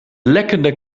lekkende